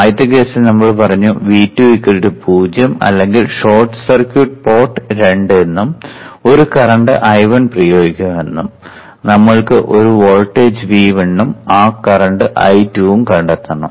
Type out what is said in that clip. ആദ്യത്തെ കേസിൽ നമ്മൾ പറഞ്ഞു V2 0 അല്ലെങ്കിൽ ഷോർട്ട് സർക്യൂട്ട് പോർട്ട് 2 എന്നും ഒരു കറന്റ് I1 പ്രയോഗിക്കുക എന്നും നമ്മൾക്ക് ഈ വോൾട്ടേജ് V1 ഉം ആ കറന്റ് I2 ഉം കണ്ടെത്തണം